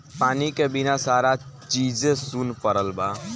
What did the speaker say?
पानी के बिना सारा चीजे सुन परल बा